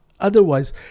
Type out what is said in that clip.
Otherwise